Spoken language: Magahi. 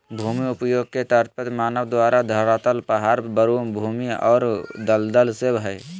भूमि उपयोग के तात्पर्य मानव द्वारा धरातल पहाड़, मरू भूमि और दलदल से हइ